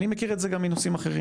אני מכיר את זה גם מנושאים אחרים,